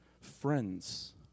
Friends